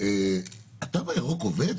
התו הירוק עובד?